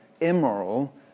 immoral